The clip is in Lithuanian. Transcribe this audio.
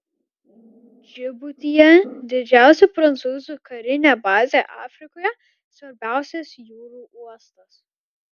džibutyje didžiausia prancūzų karinė bazė afrikoje svarbiausias jūrų uostas